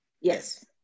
yes